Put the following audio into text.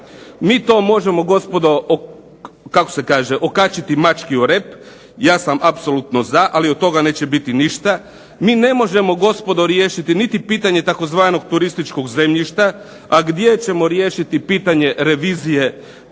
mi to možemo gospodo kako se kaže, okačiti mački o rep. Ja sam apsolutno za, ali od toga neće biti ništa. Mi ne možemo gospodo riješiti niti pitanje tzv. turističkog zemljišta, a gdje ćemo riješiti pitanje revizije pretvorbe